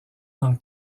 dans